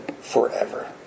forever